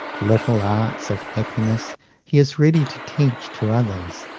little arts of happiness he is ready to teach to others.